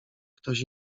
ktoś